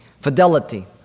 Fidelity